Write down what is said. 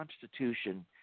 Constitution